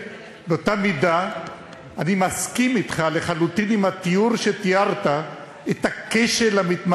אני מעריך מאוד את הענייניות שלך, שנית,